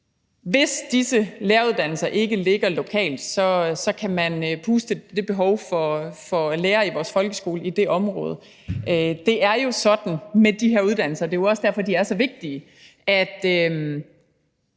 Hvis disse læreruddannelser ikke ligger lokalt, kan man puste til ilden i forhold til det behov for lærere i vores folkeskole i det område. Det er jo sådan med de her uddannelser – og det er jo også derfor, de er så vigtige – at